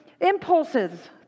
impulses